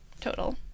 total